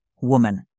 woman